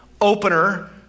opener